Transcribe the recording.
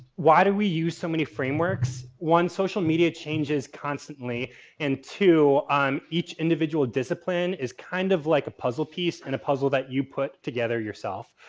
why do we use so many frameworks? one, social media changes constantly. and two, um each individual discipline is kind of like a puzzle, piece in a puzzle that you put together yourself.